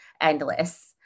endless